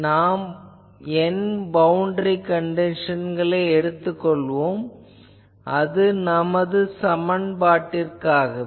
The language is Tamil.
நாம் N பவுண்டரி கண்டிஷன்களை எடுத்துக் கொள்வோம் அது நமது சமன்பாட்டிற்காகவே